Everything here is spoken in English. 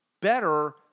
better